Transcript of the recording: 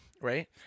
right